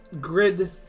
grid